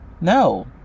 no